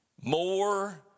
more